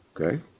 Okay